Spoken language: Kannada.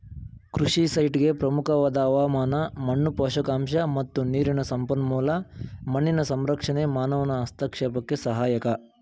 ಕೃಷಿ ಸೈಟ್ಗೆ ಪ್ರಮುಖವಾದ ಹವಾಮಾನ ಮಣ್ಣು ಪೋಷಕಾಂಶ ಮತ್ತು ನೀರಿನ ಸಂಪನ್ಮೂಲ ಮಣ್ಣಿನ ಸಂರಕ್ಷಣೆ ಮಾನವನ ಹಸ್ತಕ್ಷೇಪಕ್ಕೆ ಸಹಾಯಕ